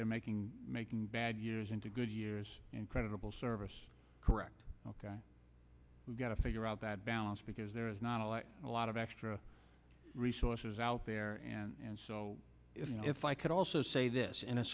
they're making making bad years into good years incredible service correct ok we've got to figure out that balance because there is not a lot a lot of extra resources out there and so if i could also say this in a